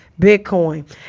bitcoin